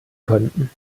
könnten